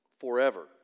forever